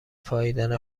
پائیدن